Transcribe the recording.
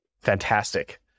Fantastic